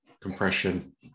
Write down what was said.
compression